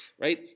right